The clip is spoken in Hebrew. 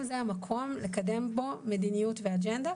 האם זה המקום לקדם בו מדיניות ואג'נדה?